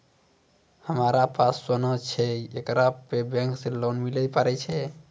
हमारा पास सोना छै येकरा पे बैंक से लोन मिले पारे छै?